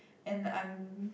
and I'm